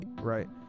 right